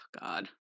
God